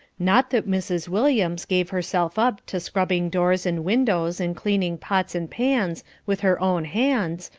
not that mrs. williams gave herself up to scrubbing doors and windows and cleaning pots and pans with her own hands,